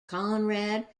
konrad